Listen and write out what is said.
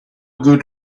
good